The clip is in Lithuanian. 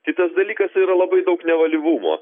kitas dalykas yra labai daug nevalyvumo